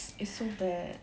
it's so bad